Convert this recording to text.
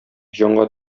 җанга